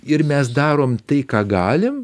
ir mes darom tai ką galim